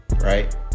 Right